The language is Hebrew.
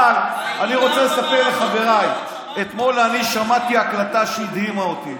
אבל אני רוצה לספר לחבריי: אתמול אני שמעתי הקלטה שהדהימה אותי,